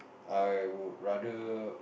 I would rather